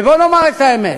ובואו נאמר את האמת,